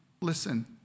listen